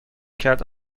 کرد